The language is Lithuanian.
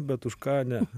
bet už ką ne